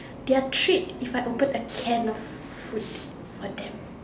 their tricked if I open a can off food for them